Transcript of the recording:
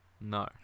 No